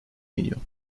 milyon